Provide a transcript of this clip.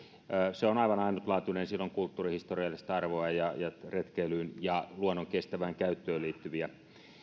se on aivan ainutlaatuinen ja sillä on kulttuurihistoriallista arvoa ja retkeilyyn ja luonnon kestävään käyttöön liittyviä